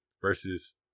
versus